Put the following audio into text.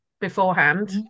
beforehand